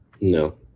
No